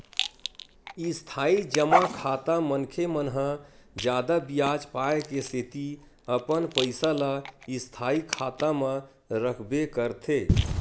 इस्थाई जमा खाता मनखे मन ह जादा बियाज पाय के सेती अपन पइसा ल स्थायी खाता म रखबे करथे